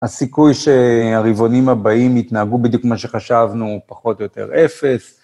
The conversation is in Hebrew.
הסיכוי שהריבעונים הבאים יתנהגו בדיוק כמו מה שחשבנו, פחות או יותר אפס.